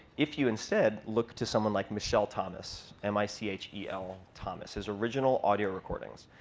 if you instead look to someone like michel thomas m i c h e l thomas, his original audio recordings,